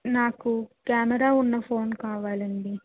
నాకు కెమెరా ఉన్న ఫోన్ కావాలండి